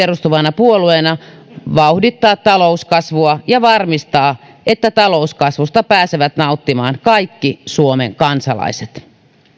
perustuvana puolueena vauhdittaa talouskasvua ja varmistaa että talouskasvusta pääsevät nauttimaan kaikki suomen kansalaiset